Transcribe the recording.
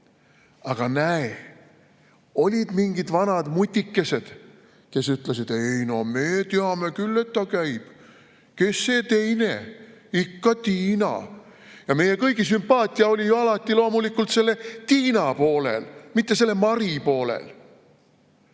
Aga näe, olid mingid vanad mutikesed, kes ütlesid: "Ei no me teame küll, et ta käib. Kes see teine? Ikka Tiina." Meie kõigi sümpaatia oli alati loomulikult Tiina poolel, mitte Mari poolel.